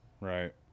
Right